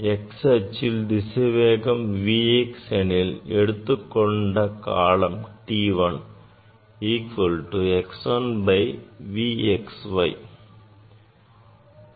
x அச்சில் திசைவேகம் V x எனில் எடுத்துக்கொண்ட காலம் t 1 equal to x 1 by V x